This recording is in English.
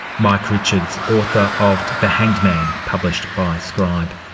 mike richards, author of the hanged man, published by scribe.